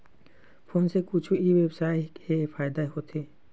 Phone से कुछु ई व्यवसाय हे फ़ायदा होथे?